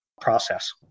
process